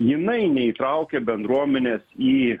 jinai neįtraukė bendruomenės į